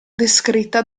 descritta